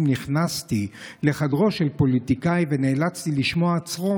נכנסתי לחדרו של פוליטיקאי ונאלצתי לשמוע צרור